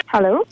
Hello